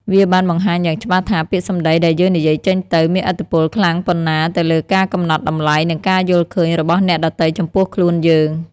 វាបានបង្ហាញយ៉ាងច្បាស់ថា ពាក្យសម្ដីដែលយើងនិយាយចេញទៅ មានឥទ្ធិពលខ្លាំងប៉ុណ្ណាទៅលើការកំណត់តម្លៃ និងការយល់ឃើញរបស់អ្នកដទៃចំពោះខ្លួនយើង។